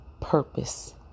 purpose